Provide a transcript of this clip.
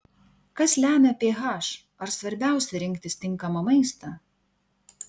kas lemia ph ar svarbiausia rinktis tinkamą maistą